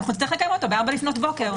נצטרך לקיים אותו ב-04:00 לפנות בוקר.